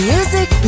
Music